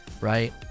right